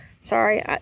sorry